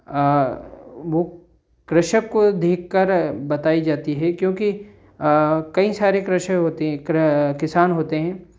वो कृषक को देखकर बताई जाती है क्योंकि कई सारे कृषअ होते हैं क्र किसान होते हैं